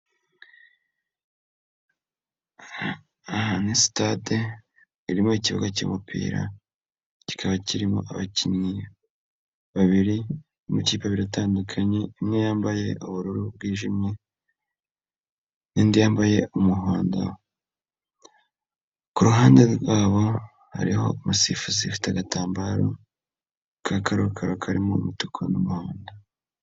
Aha ni sitade irimo ikibuga cy'umupira, kikaba kirimo abakinnyi babiri amakipe abiri atandukanye imwe yambaye ubururu bwijimye n'indi yambaye umuhodo ku ruhande rwabo hariho umusifuzi ifite agatambaro ka karokaro karimo umutuku n'umuhondo.